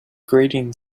grating